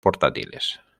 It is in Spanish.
portátiles